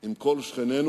עם כל שכנינו